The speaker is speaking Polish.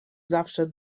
zawsze